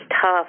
tough